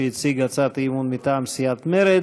שהציג הצעת אי-אמון מטעם סיעת מרצ.